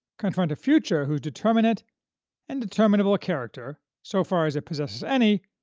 confront a future whose determinate and determinable character, so far as it possesses any,